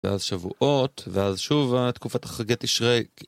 ואז שבועות, ואז שוב התקופת החגי תשרי.